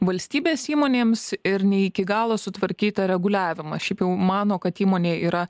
valstybės įmonėms ir ne iki galo sutvarkytą reguliavimą šiaip jau mano kad įmonė yra